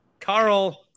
Carl